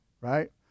right